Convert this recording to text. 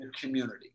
community